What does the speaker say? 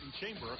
Chamber